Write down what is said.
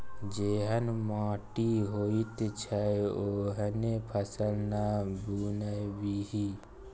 जेहन माटि होइत छै ओहने फसल ना बुनबिही